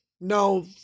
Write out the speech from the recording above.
No